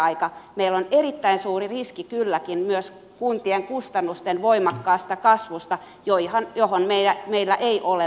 meillä on erittäin suuri riski kylläkin myös kuntien kustannusten voimakkaasta kasvusta johon meillä ei ole varaa